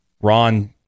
ron